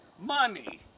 money